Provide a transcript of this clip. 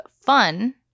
fun